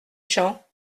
champs